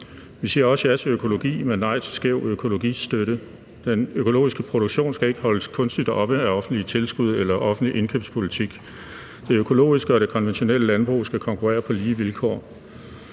Vi siger også ja til økologi, men nej til skæv økologistøtte. Den økologiske produktion skal ikke holdes kunstigt oppe af offentlige tilskud eller offentlig indkøbspolitik. Det økologiske og det konventionelle landbrug skal konkurrere på lige vilkår,